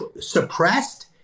suppressed